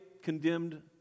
condemned